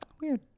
weird